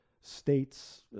states